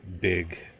big